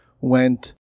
went